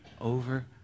over